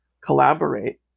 collaborate